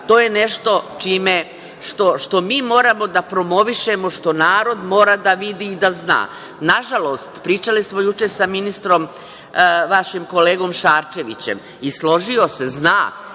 to je nešto što mi moramo da promovišemo, što narod mora da vidi i da zna. Nažalost, pričali smo juče sa ministrom, vašim kolegom Šarčevićem, i složio se, zna,